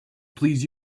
please